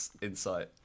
insight